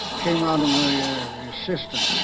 came out of my ah system